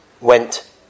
went